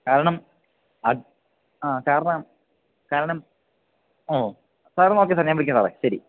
കാരണം ആ കാരണം കാരണം ഓ സാറെന്നാല് ഓക്കെ സാർ ഞാൻ വിളിക്കാം സാറേ ശരി